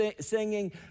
singing